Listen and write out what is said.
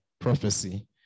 prophecy